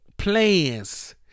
plans